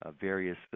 various